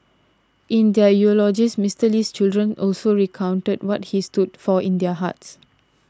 in their eulogies Mister Lee's children also recounted what he stood for in their hearts